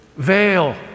veil